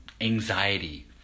anxiety